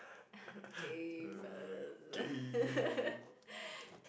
they gave us